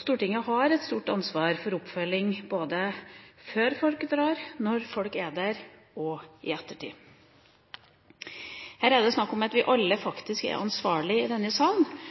Stortinget har et stort ansvar for oppfølging både før folk drar, når folk er der og i ettertid. Her er det snakk om at vi alle i denne salen